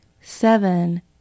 Seven